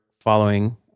following